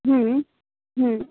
हूँ हूँ